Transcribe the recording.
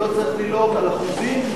ולא צריך ללעוג על אחוזים.